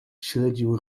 śledził